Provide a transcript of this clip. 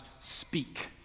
speak